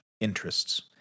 interests